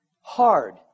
hard